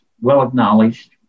well-acknowledged